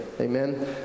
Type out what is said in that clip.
amen